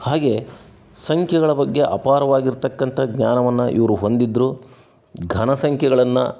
ಹಾಗೆ ಸಂಖ್ಯೆಗಳ ಬಗ್ಗೆ ಅಪಾರವಾಗಿರತಕ್ಕಂಥ ಜ್ಞಾನವನ್ನು ಇವರು ಹೊಂದಿದ್ದರು ಘನ ಸಂಖ್ಯೆಗಳನ್ನು